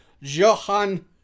Johan